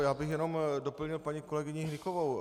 Já bych jenom doplnil paní kolegyni Hnykovou.